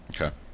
Okay